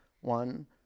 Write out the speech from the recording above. One